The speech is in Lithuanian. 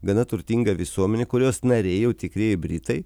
gana turtinga visuomenė kurios nariai jau tikrieji britai